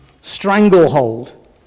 stranglehold